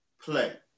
play